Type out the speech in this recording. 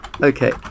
Okay